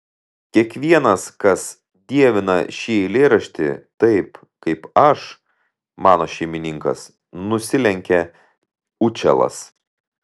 kiekvienas kas dievina šį eilėraštį taip kaip aš mano šeimininkas nusilenkė učelas